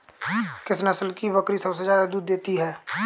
किस नस्ल की बकरी सबसे ज्यादा दूध देती है?